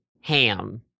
ham